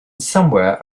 somewhere